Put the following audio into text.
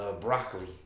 broccoli